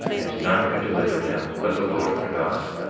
and none could deliver them but the lord their god,